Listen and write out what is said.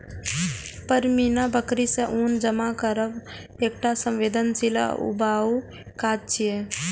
पश्मीना बकरी सं ऊन जमा करब एकटा संवेदनशील आ ऊबाऊ काज छियै